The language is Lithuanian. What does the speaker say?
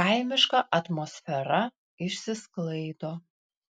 kaimiška atmosfera išsisklaido